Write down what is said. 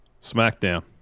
SmackDown